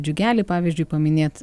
džiugelį pavyzdžiui paminėt